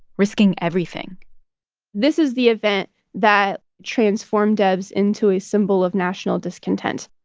risking everything this is the event that transformed debs into a symbol of national discontent